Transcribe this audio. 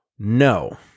No